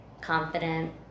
confident